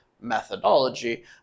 methodology